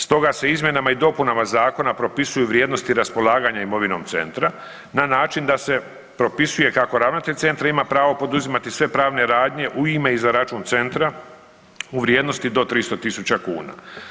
Stoga se izmjenama i dopunama zakona propisuju vrijednosti raspolaganja imovinom centra na način da se propisuje kako ravnatelj centra ima pravo poduzimati sve pravne radnje u ime i za račun centra u vrijednosti do 300.000 kuna.